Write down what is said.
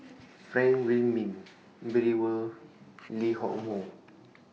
Frank Wilmin Brewer Lee Hock Moh